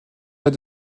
pas